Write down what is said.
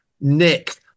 Nick